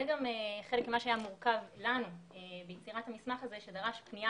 זה גם החלק שהיה מורכב מבחינתנו ביצירת המסמך הזה כי נדרשה פנייה